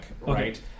right